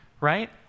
right